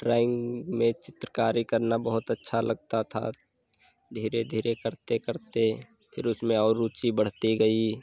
drawing में चित्रकारी करना बहुत अच्छा लगता था धीरे धीरे करते करते फिर उसमें और रुचि बढ़ती गई